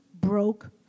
broke